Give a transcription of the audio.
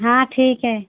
हाँ ठीक है